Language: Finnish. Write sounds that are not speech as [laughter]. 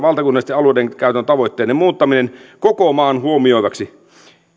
[unintelligible] valtakunnallisten alueidenkäyttötavoitteiden muuttaminen koko maan huomioiviksi